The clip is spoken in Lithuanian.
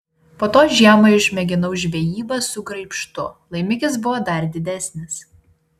po to žiemą išmėginau žvejybą su graibštu laimikis buvo dar didesnis